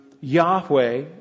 Yahweh